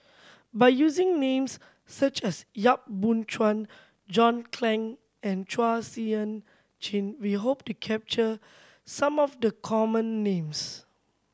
by using names such as Yap Boon Chuan John Clang and Chua Sian Chin we hope to capture some of the common names